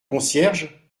concierge